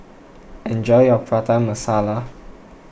enjoy your Prata Masala